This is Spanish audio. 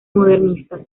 modernistas